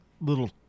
little